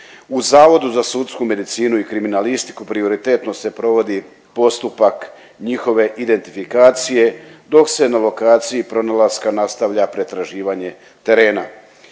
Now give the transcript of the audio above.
U Zavodu za sudsku medicinu i kriminalistiku prioritetno se provodi postupak njihove identifikacije dok se na lokaciji pronalaska nastavlja pretraživanje terena.